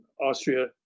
Austria